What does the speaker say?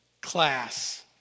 class